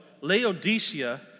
Laodicea